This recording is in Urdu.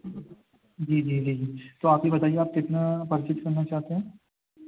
جی جی جی جی تو آپ یہ بتائیے آپ کتنا پرچیز کرنا چاہتے ہیں